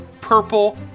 purple